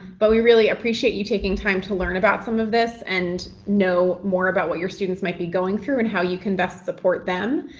but we really appreciate you taking time to learn about some of this and know more about what your students might be going through and how you can best support them,